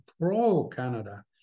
pro-Canada